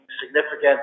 significant